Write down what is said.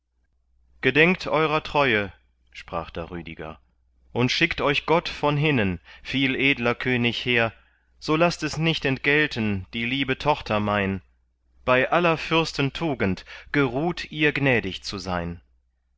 gedenkt eurer treue sprach da rüdiger und schickt euch gott von hinnen viel edler könig hehr so laßt es nicht entgelten die liebe tochter mein bei aller fürsten tugend geruht ihr gnädig zu sein